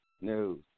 News